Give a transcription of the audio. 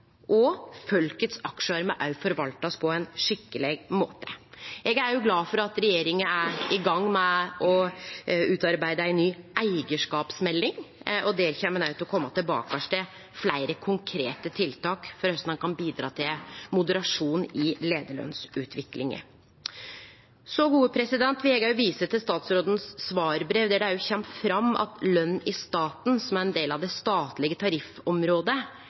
og folkets aksjar må forvaltast på ein skikkeleg måte. Eg er glad for at regjeringa er i gang med å utarbeide ei ny eigarskapsmelding, og der kjem ein til å kome tilbake til fleire konkrete tiltak for korleis ein kan bidra til moderasjon i leiarlønsutviklinga. Eg vil òg vise til statsrådens svarbrev, der det kjem fram at løn i staten, som er ein del av det statlege tariffområdet,